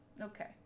Okay